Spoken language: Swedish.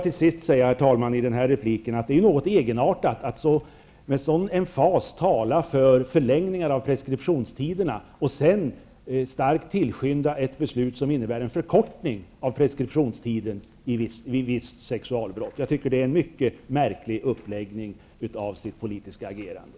Till sist, herr talman, vill jag säga att jag tycker att det är något egenartat att med sådan emfas tala för en förlängning av preskriptionstiderna och sedan starkt tillskynda ett beslut som innebär en förkortning av preskriptionstiden vid visst sexualbrott. Jag tycker alltså att det är en mycket märklig uppläggning när det gäller det politiska agerandet.